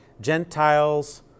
Gentiles